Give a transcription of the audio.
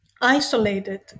isolated